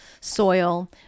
soil